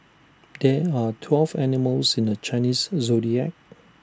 there are twelve animals in the Chinese Zodiac